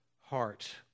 heart